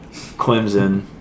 Clemson